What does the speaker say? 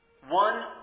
One